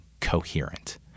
coherent